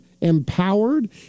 empowered